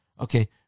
Okay